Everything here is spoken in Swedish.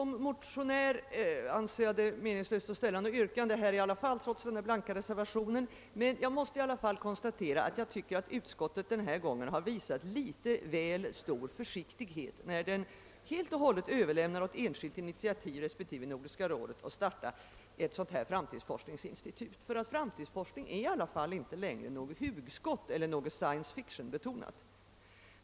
Som motionär anser jag det meningslöst att ställa något yrkande trots den blanka reservationen, men jag måste ändå konstatera att utskottet denna gång har visat litet väl stor försiktighet, när det helt och hållet överlämnar åt enskilt initiativ respektive åt Nordiska rådet att starta ett sådant institut. Framtidsforskning är dock inte längre något hugskott eller något science fiction-betonat.